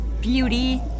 beauty